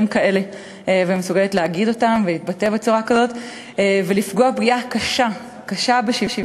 כאלה ומסוגלת להגיד אותם ולהתבטא בצורה כזאת ולפגוע פגיעה קשה בשוויון.